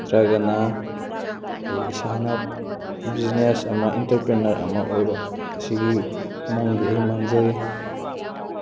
ꯅꯠꯇ꯭ꯔꯒꯅ ꯑꯩ ꯏꯁꯥꯅ ꯕꯤꯖꯤꯅꯦꯁ ꯑꯃ ꯏꯟꯇꯔꯄ꯭ꯔꯦꯅꯔ ꯑꯃ ꯑꯣꯏꯕ ꯑꯁꯤꯒꯤ ꯃꯪꯗꯤ ꯑꯩ ꯃꯪꯖꯔꯤ